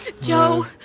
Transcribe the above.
Joe